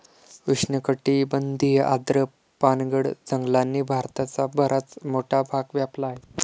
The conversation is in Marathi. उष्णकटिबंधीय आर्द्र पानगळ जंगलांनी भारताचा बराच मोठा भाग व्यापला आहे